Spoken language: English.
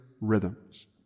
rhythms